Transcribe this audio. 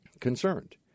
concerned